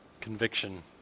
conviction